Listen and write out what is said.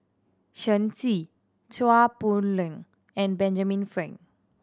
Shen Xi Chua Poh Leng and Benjamin Frank